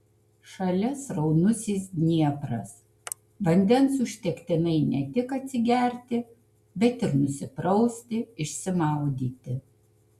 šalia sraunusis dniepras vandens užtektinai ne tik atsigerti bet ir nusiprausti išsimaudyti